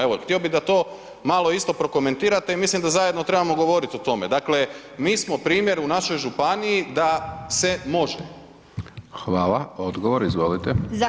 Evo, htio bih da to malo isto prokomentirate i mislim da zajedno trebamo govoriti o tome, dakle, mi smo primjer u našoj županiji da se može.